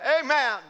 Amen